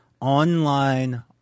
online